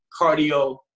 cardio